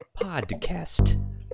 podcast